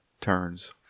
turns